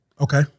Okay